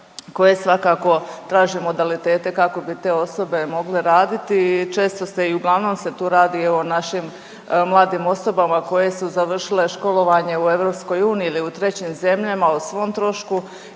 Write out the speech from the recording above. koje svakako traže modalitete kako bi te osobe mogle raditi. I često se i uglavnom se tu radi evo o našim mladim osobama koje su završile školovanje u EU ili u trećim zemljama o svom trošku